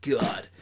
god